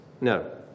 No